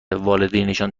والدینشان